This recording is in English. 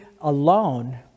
alone